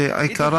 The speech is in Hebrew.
שעיקרה,